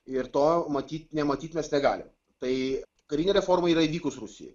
ir to matyt nematyt mes negalim tai karinė reforma yra įvykus rusijoj